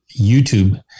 YouTube